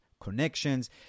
connections